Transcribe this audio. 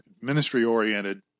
ministry-oriented